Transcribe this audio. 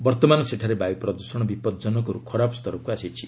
ବର୍ତ୍ତମାନ ସେଠାରେ ବାୟ ପ୍ରଦ୍ଷଣ ବିପଜନକର୍ ଖରାପ ସ୍ତରକ୍ ଆସିଛି